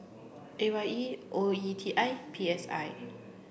A Y E O E T I P S I